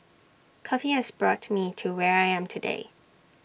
coffee has brought me to where I am today